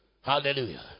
Hallelujah